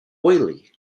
oily